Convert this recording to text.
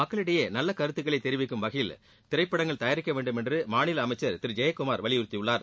மக்களிடையே நல்ல கருத்துக்களை தெரிவிக்கும் வகையில் திரைப்படங்கள் தயாரிக்க வேண்டுமென்று மாநில அமைச்சள் திரு ஜெயக்குமார் வலியுறுத்தியுள்ளார்